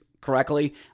correctly